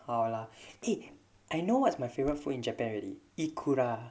好了 it I know what's my favourite food in japan already acura